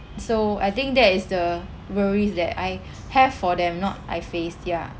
so I think that is the worries that I have for them not I face ya